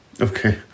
Okay